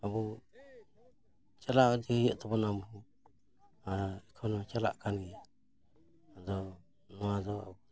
ᱟᱵᱚ ᱪᱟᱞᱟᱣ ᱤᱫᱤ ᱦᱩᱭᱩᱜ ᱛᱟᱵᱚᱱᱟ ᱟᱵᱚ ᱮᱠᱷᱚᱱᱚ ᱪᱟᱞᱟᱜ ᱠᱟᱱ ᱜᱮᱭᱟ ᱟᱨ ᱱᱚᱣᱟ ᱫᱚ